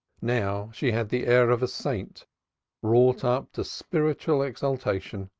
now she had the air of a saint wrought up to spiritual exaltation.